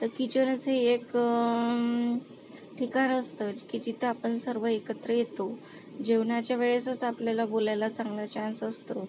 तर किचनच हे एक ठिकाण असतं की जिथं आपण सर्व एकत्र येतो जेवणाच्या वेळेसच आपल्याला बोलायला चांगला चान्स असतो